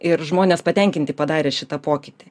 ir žmonės patenkinti padarę šitą pokytį